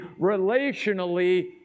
relationally